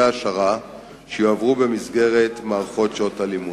העשרה שיועברו במסגרת מערכות שעות הלימוד.